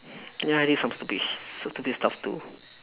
yeah I did some stupid sh~ some stupid stuff too